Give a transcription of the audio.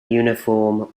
uniform